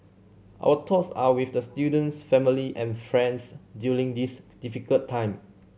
our thoughts are with the student's family and friends during this difficult time